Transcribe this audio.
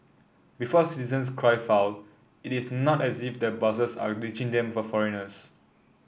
before citizens cry foul it is not as if their bosses are ditching them for foreigners